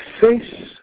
face